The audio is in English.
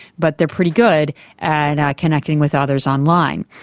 but they are pretty good at connecting with others online.